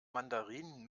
mandarinen